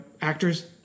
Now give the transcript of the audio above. actors